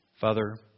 Father